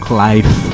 life